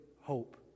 hope